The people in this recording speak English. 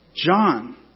John